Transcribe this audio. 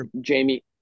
Jamie